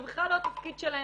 זה בכלל לא התפקיד שלהם,